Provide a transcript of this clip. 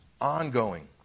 ongoing